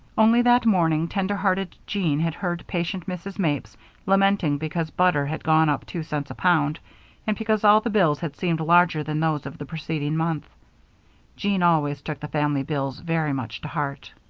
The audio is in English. only that morning tender-hearted jean had heard patient mrs. mapes lamenting because butter had gone up two cents a pound and because all the bills had seemed larger than those of the preceding month jean always took the family bills very much to heart.